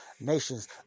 nations